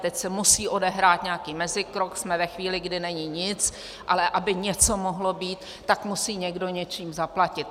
Teď se musí odehrát nějaký mezikrok, jsme ve chvíli, kdy není nic, ale aby něco mohlo být, tak musí někdo něčím zaplatit.